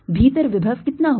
भीतर विभव कितना होगा